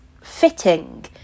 fitting